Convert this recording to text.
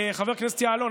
חבר הכנסת יעלון,